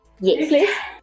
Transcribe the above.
yes